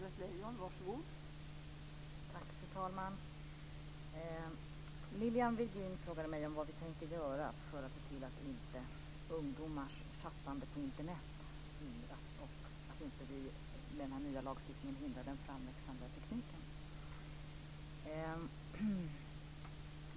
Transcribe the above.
Fru talman! Lilian Virgin frågade mig vad vi tänker göra för att se till att ungdomars chattande på Internet inte hindras och att vi med den nya lagstiftningen inte hindrar den framväxande tekniken.